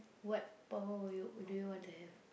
what power would you would you want to have